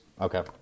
Okay